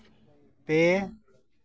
ᱯᱮ